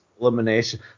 elimination